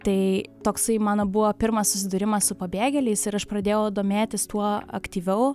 tai toksai mano buvo pirmas susidūrimas su pabėgėliais ir aš pradėjau domėtis tuo aktyviau